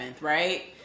right